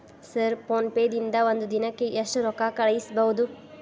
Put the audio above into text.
Sir PhonePe ದಿಂದ ಒಂದು ದಿನಕ್ಕೆ ಎಷ್ಟು ರೊಕ್ಕಾ ಕಳಿಸಬಹುದು?